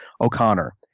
O'Connor